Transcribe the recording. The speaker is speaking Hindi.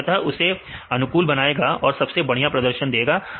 तो अंततः उसे अनुकूल बनाएगा और सबसे बढ़िया प्रदर्शन देगा